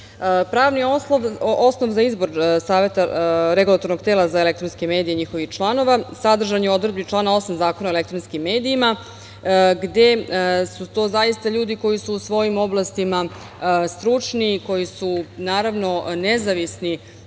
rokova. Pravni osnov za izbor Saveta regulatornog tela za elektronske medije i njegovih članova sadržan je u odredbi člana 8. Zakona o elektronskim medijima, gde su to zaista ljudi koji su u svojim oblastima stručni, koji su naravno nezavisni